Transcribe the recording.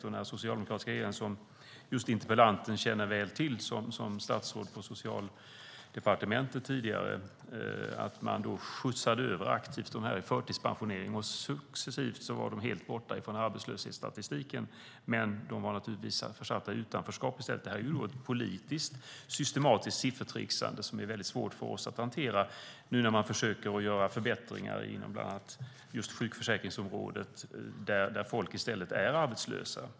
Som tidigare statsråd på Socialdepartementet känner interpellanten väl till att den socialdemokratiska regeringen aktivt skjutsade över dem i förtidspensionering och successivt fick bort dem helt från arbetslöshetsstatistiken. Men de var naturligtvis försatta i utanförskap i stället. Det är ett politiskt systematiskt siffertricksande som är väldigt svårt för oss att hantera nu när man försöker göra förbättringar inom bland annat sjukförsäkringsområdet, där folk i stället är arbetslösa.